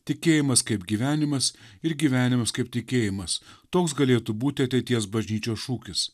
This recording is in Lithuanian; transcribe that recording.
tikėjimas kaip gyvenimas ir gyvenimas kaip tikėjimas toks galėtų būti ateities bažnyčios šūkis